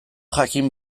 jakin